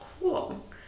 cool